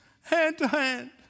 hand-to-hand